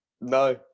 No